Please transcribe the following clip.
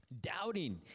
Doubting